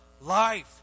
life